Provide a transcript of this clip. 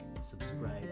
subscribe